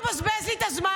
אל תבזבז לי את הזמן,